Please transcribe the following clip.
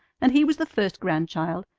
and he was the first grandchild,